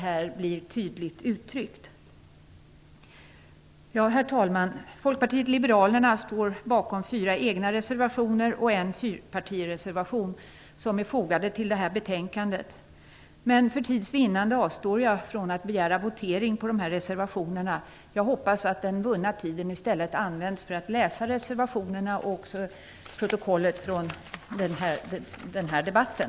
Herr talman! Folkpartiet liberalerna står bakom 4 egna reservationer och en fyrpartireservation som är fogade till betänkandet. Men för att vinna tid avstår jag från att begära votering på reservationerna. Jag hoppas att den vunna tiden i stället används för att läsa reservationerna och även protokollet från den här debatten.